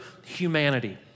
humanity